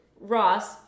ross